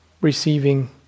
receiving